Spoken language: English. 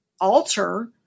alter